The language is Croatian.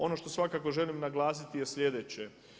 Ono što svakako želim naglasiti je sljedeće.